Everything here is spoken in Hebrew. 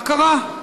מה קרה?